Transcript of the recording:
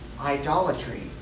idolatry